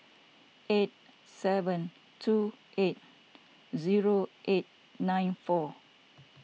eight seven two eight zero eight nine four